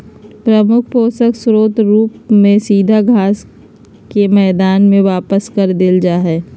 प्रमुख पोषक स्रोत रूप में सीधा घास के मैदान में वापस कर देल जा हइ